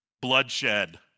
bloodshed